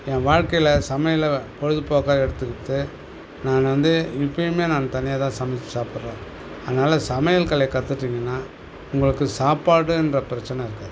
என் வாழ்க்கையில் சமையலை பொழுதுபோக்காக எடுத்துக்கிட்டு நான் வந்து இப்போயுமே நான் தனியாக தான் சமைத்து சாப்பிட்றேன் அதனால் சமையல் கலை கத்துட்டீங்கன்னா உங்களுக்கு சாப்பாடுன்ற பிரச்சனை இருக்காது